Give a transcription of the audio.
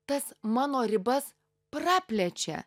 tas mano ribas praplečia